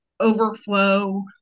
overflow